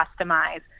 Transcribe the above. customize